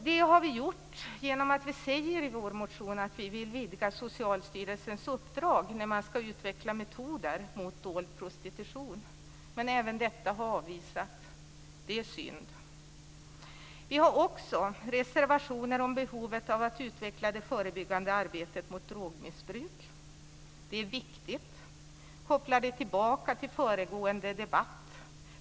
Det har vi gjort genom att vi säger i vår motion att vi vill vidga Socialstyrelsens uppdrag när man ska utveckla metoder mot dold prostitution. Även detta har avvisats. Det är synd. Vi har också reservationer om behovet av att utveckla det förebyggande arbetet mot drogmissbruk. Det är viktigt att koppla det tillbaka till föregående debatt.